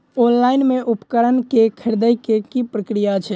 Online मे उपकरण केँ खरीदय केँ की प्रक्रिया छै?